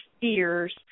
fears